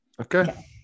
Okay